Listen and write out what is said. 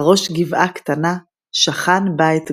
על ראש גבעה קטנה, שכן בית גדול.